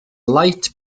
light